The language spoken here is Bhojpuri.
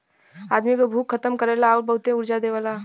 आदमी क भूख खतम करेला आउर बहुते ऊर्जा देवेला